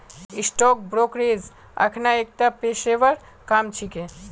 stock brokerage अखना एकता पेशेवर काम छिके